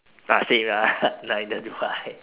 ah same lah neither do I